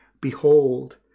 Behold